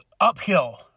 uphill